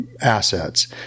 assets